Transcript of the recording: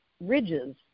ridges